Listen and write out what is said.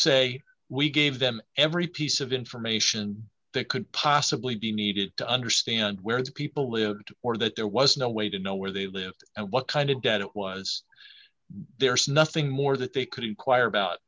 say we gave them every piece of information that could possibly be needed to understand where these people lived or that there was no way to know where they lived and what kind of debt it was there is nothing more that they could inquire about